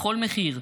בכל מחיר,